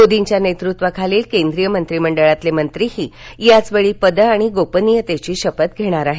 मोदींच्या नेतृत्वाखाल केंद्रीय मंत्रिमंडळातले मंत्रीही याचवेळी पद आणि गोपनीयतेची शपथ घेणार आहेत